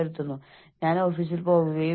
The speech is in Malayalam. എനിക്ക് അത് ഊഹിക്കാവുന്നതേയുള്ളൂ